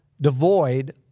devoid